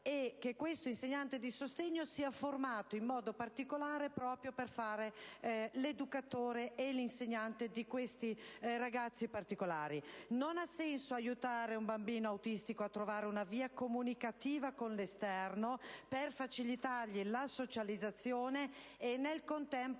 e che l'insegnante di sostegno venga formato proprio per fare l'educatore di questi ragazzi particolari. Non ha senso aiutare un bambino autistico a trovare una via comunicativa con l'esterno per facilitargli la socializzazione e, nel contempo,